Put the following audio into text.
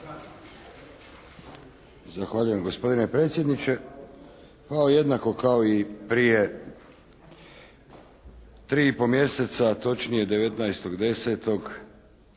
Zahvaljujem gospodine predsjedniče. Jednako kao prije tri i pol mjeseca, točnije 19.10.